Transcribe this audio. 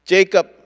Jacob